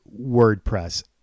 WordPress